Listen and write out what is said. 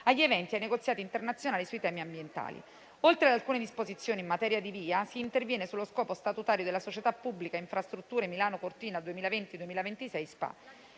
agli eventi e ai negoziati internazionali sui temi ambientali. Oltre ad alcune disposizioni in materia di valutazione d'impatto ambientale (VIA), si interviene sullo scopo statutario della società pubblica *Infrastrutture Milano Cortina* 2020-2026 SpA.